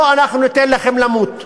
אנחנו לא ניתן לכם למות.